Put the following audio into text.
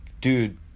dude